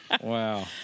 Wow